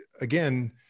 again